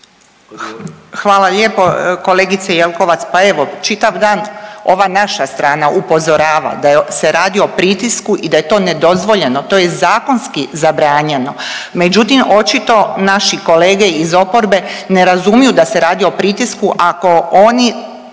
Hvala lijepo kolegice Jelkovac, pa evo čitav dan ova naša strana upozorava da se radi o pritisku i da je to nedozvoljeno, to je zakonski zabranjeno, međutim očito naši kolege iz oporbe ne razumiju da se radi o pritisku ako oni